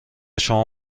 شما